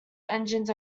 engines